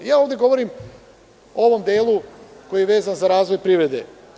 Ja ovde govorim o ovom delu koji je vezan za razvoj privrede.